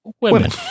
women